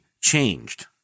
changed